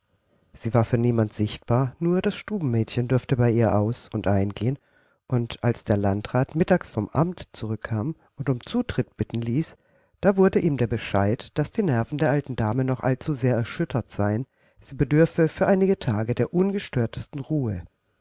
sie war für niemand sichtbar nur das stubenmädchen durfte bei ihr aus und ein gehen und als der landrat mittags vom amt zurückkam und um zutritt bitten ließ da wurde ihm der bescheid daß die nerven der alten dame noch allzusehr erschüttert seien sie bedürfe für einige tage der ungestörtesten ruhe